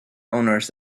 owners